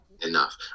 Enough